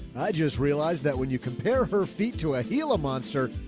i just realized that when you compare her feet to a healer monster,